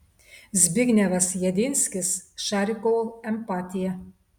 zbignevas jedinskis šarikovo empatija